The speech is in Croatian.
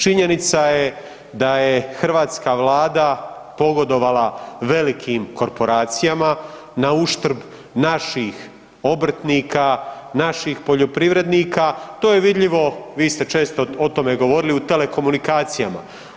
Činjenica je da je hrvatska Vlada pogodovala velikim korporacijama nauštrb naših obrtnika, naših poljoprivrednika, to je vidljivo, vi ste često o tome govorili u telekomunikacijama.